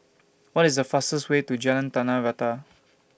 What IS The fastest Way to Jalan Tanah Rata